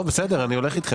טוב, בסדר, אני הולך אתכם.